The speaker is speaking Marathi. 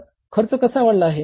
तर खर्च कसा वाढला आहे